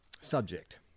Subject